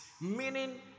Meaning